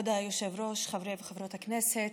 כבוד היושב-ראש, חברי וחברות הכנסת,